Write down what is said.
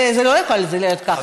לא, זה לא יכול להיות ככה.